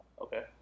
Okay